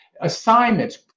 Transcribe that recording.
assignments